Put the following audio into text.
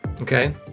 Okay